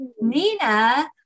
Nina